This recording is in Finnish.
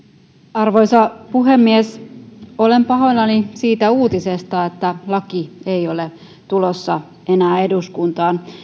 arvoisa puhemies olen pahoillani siitä uutisesta että laki ei ole tulossa enää eduskuntaan